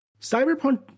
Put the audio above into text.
Cyberpunk